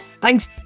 Thanks